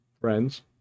friends